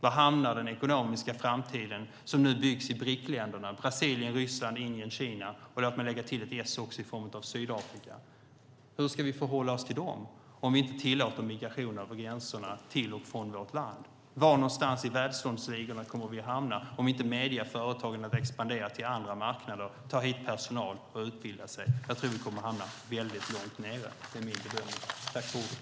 Var hamnar den ekonomiska framtiden, som nu byggs i BRIC-länderna - Brasilien, Ryssland, Indien och Kina? Låt mig också lägga till ett S för Sydafrika. Hur ska vi förhålla oss till dem, om vi inte tillåter migration över gränserna till och från vårt land? Var någonstans i välståndsligorna kommer vi att hamna om inte medieföretagen expanderar till andra marknader, tar hit personal och utbildar sig? Jag tror att vi kommer att hamna väldigt långt ned då - det är min bedömning.